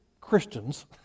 Christians